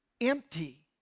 empty